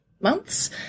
months